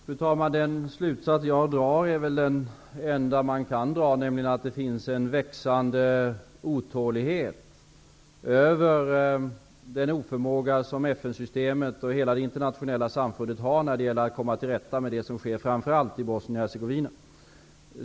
Fru talman! Den slutsats jag drar är väl den enda möjliga, nämligen att det finns en växande otålighet över den oförmåga som FN-systemet och hela det internationella samfundet har när det gäller att komma till rätta med det som sker framför allt i Bosnien-Hercegovina.